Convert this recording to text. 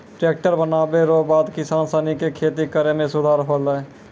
tractor बनला रो बाद किसान सनी के खेती करै मे सुधार होलै